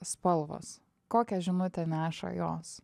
spalvos kokią žinutę neša jos